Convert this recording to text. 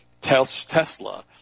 Tesla